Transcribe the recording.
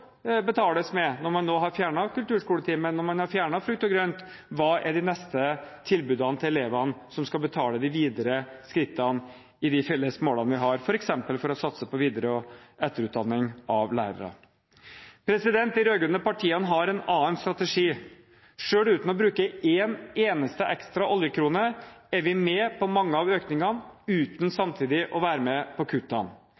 betales med? Når man nå har fjernet kulturskoletimen, når man har fjernet frukt og grønt, hva er de neste tilbudene til elevene som skal betale de videre skrittene i de felles målene vi har, f.eks. for å satse på videre- og etterutdanning av lærere? De rød-grønne partiene har en annen strategi. Selv uten å bruke én eneste ekstra oljekrone er vi med på mange av økningene, uten